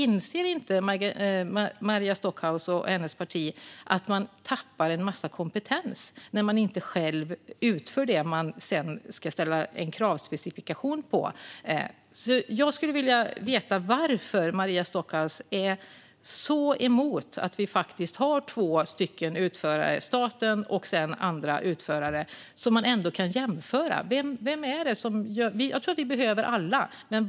Inser inte Maria Stockhaus och hennes parti att man tappar en massa kompetens när man inte själv utför det man sedan ska ställa en kravspecifikation på? Jag skulle vilja veta varför Maria Stockhaus är så emot att vi har två stycken utförare, dels staten och dels andra utförare, som vi kan jämföra. Jag tror att vi behöver alla utförare.